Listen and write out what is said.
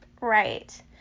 Right